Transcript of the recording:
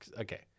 Okay